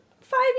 five